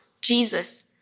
Jesus